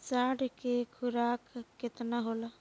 साढ़ के खुराक केतना होला?